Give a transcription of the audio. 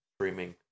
streaming